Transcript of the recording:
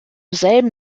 selben